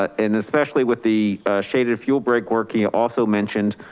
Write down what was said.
ah and especially with the shaded fuel break working also mentioned,